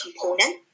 component